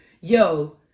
yo